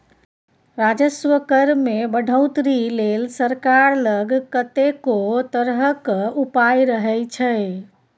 राजस्व कर मे बढ़ौतरी लेल सरकार लग कतेको तरहक उपाय रहय छै